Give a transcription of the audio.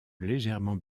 légèrement